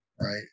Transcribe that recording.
right